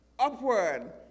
Upward